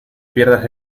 pierdas